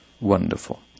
wonderful